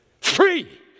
Free